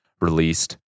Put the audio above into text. released